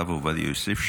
הרב עובדיה יוסף,